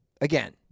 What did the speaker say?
Again